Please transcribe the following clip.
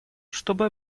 чтобы